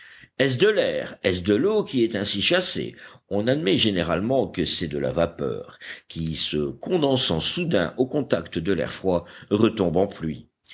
est-ce de l'air est-ce de l'eau qui est ainsi chassé on admet généralement que c'est de la vapeur qui se condensant soudain au contact de l'air froid retombe en pluie